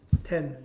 ten